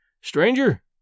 Stranger